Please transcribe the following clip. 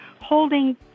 holding